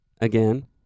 again